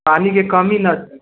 पानी के कमी न छै